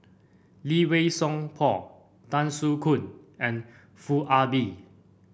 Lee Wei Song Paul Tan Soo Khoon and Foo Ah Bee